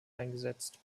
eingesetzt